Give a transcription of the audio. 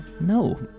No